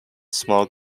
small